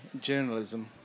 journalism